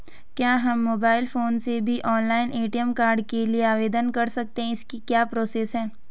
क्या हम mobile phone से भी ऑनलाइन ए.टी.एम कार्ड के लिए आवेदन कर सकते हैं इसकी क्या प्रोसेस है?